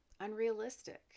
unrealistic